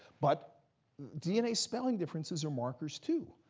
but dna spelling differences are markers, too.